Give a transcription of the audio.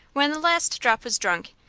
when the last drop was drunk,